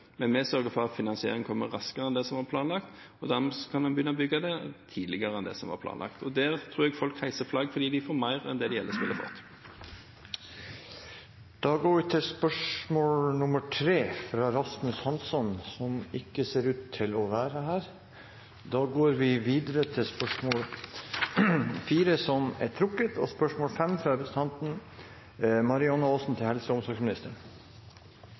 men vi sørger for at finansiering kommer raskere enn det som var planlagt, og dermed kan en begynne å bygge tidligere enn det som var planlagt. Jeg tror folk vil heise flagg fordi de får mer enn de ellers ville fått. Representanten Rasmus Hansson skulle stilt spørsmål 3, men han ser ikke ut til å være til stede. Da går vi videre til spørsmål 4. Dette spørsmålet er trukket tilbake. Jeg tillater meg å stille følgende spørsmål: